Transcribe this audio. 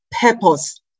purpose